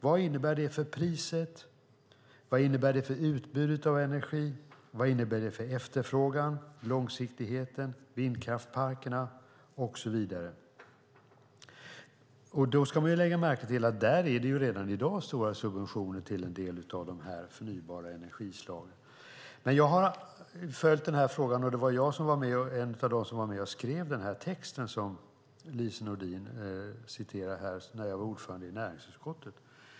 Vad innebär det för priset? Vad innebär det för utbudet av energi? Vad innebär det för efterfrågan, långsiktigheten, vindkraftsparkerna och så vidare? Och man ska lägga märke till att det redan i dag finns subventioner till en del av de här förnybara energislagen. Jag har följt den här frågan. Jag var en av dem som var med och skrev den här texten som Lise Nordin citerade när jag var ordförande i näringsutskottet.